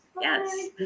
Yes